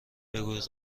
بگویید